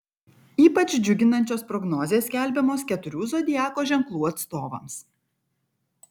ypač džiuginančios prognozės skelbiamos keturių zodiako ženklų atstovams